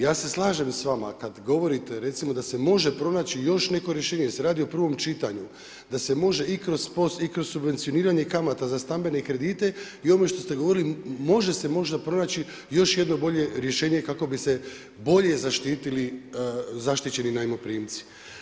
Ja se slažem s vama kada govorite recimo da se može pronaći još neko rješenje jer se radi o prvom čitanju, da se može i kroz POS i kroz subvencioniranje kamata za stambene kredite i o onome što ste govorili može se možda pronaći još jedno bolje rješenje kako bi se bolje zaštitili zaštićeni najmoprimci.